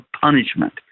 punishment